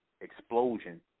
explosion